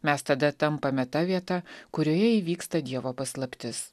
mes tada tampame ta vieta kurioje įvyksta dievo paslaptis